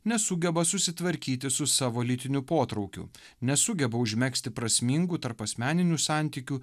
nesugeba susitvarkyti su savo lytiniu potraukiu nesugeba užmegzti prasmingų tarpasmeninių santykių